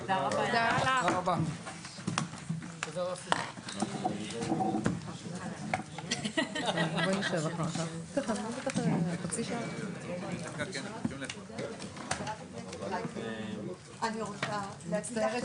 הישיבה ננעלה בשעה 14:40.